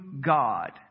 god